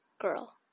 girl